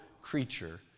creature